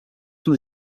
from